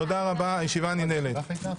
הישיבה ננעלה בשעה